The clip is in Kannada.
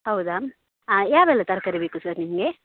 ಹೌದಾ ಹಾಂ ಯಾವೆಲ್ಲ ತರಕಾರಿ ಬೇಕು ಸರ್ ನಿಮಗೆ